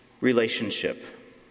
relationship